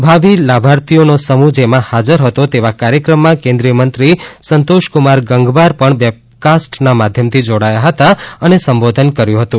ભાવિ લાભાર્થીઓનો સમૂહ જેમાં હાજર હતો તેવા આ કાર્યક્રમ માં કેન્દ્રિય મંત્રી સંતોષ કુમાર ગંગવાર પણ વેબકાસ્ટ ના મધ્યમ થી જોડાયા હતા અને સંબોધન કર્યું હતું